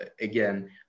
again